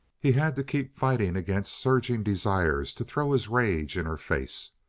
he had to keep fighting against surging desires to throw his rage in her face.